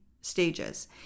stages